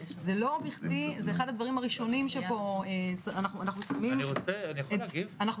זה אחד הדברים הראשונים שפה אנחנו שמים את